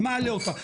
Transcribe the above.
מעלה אותה,